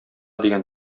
дигән